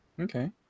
Okay